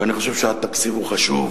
ואני חושב שהתקציב הוא חשוב,